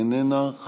איננה.